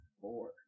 Four